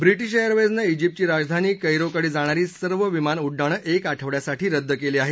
British एयरवेजनं इजिप्तची राजधानी कैरोकडे जाणारी सर्व विमान उड्डाणं एक आठवड्यासाठी रद्द केली आहेत